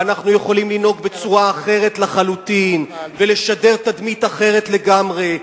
ואנחנו יכולים לנהוג בצורה אחרת לחלוטין ולשדר תדמית אחרת לגמרי,